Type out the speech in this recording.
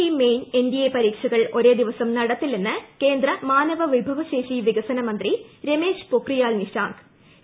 E main NDA ്പ്രീക്ഷകൾ ഒരേ ദിവസം നടത്തില്ലെന്ന് കേന്ദ്ര മാനവ വിഭവശേഷി വിക്സിന മന്ത്രി രമേശ് പൊക്രിയാൽ നിഷാങ്ക് പറഞ്ഞു